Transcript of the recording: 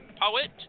poet